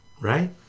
Right